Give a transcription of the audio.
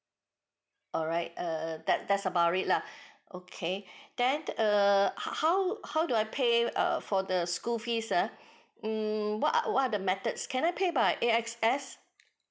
alright uh that that's about it lah okay then err how how do I pay err for the school fees uh mm what what are the methods can I pay by A_X_S